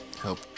help